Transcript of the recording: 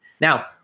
Now